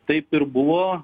taip ir buvo